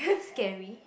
this is scary